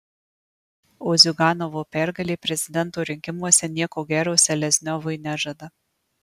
o ziuganovo pergalė prezidento rinkimuose nieko gero selezniovui nežada